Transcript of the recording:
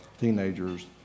teenagers